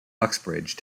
uxbridge